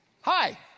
Hi